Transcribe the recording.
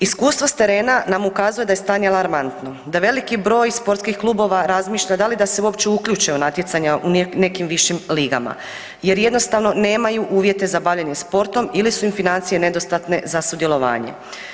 Iskustva s terena nam ukazuje da je stanje alarmantno, da veliki broj sportskih klubova razmišlja da li da se uopće uključe u natjecanja u nekim višim ligama jer jednostavno nemaju uvjete za bavljenje sportom ili su im financije nedostatne za sudjelovanje.